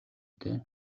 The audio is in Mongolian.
дээ